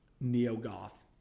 neo-goth